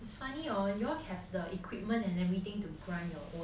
is funny hor you all have the equipment and everything to grind your own